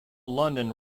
london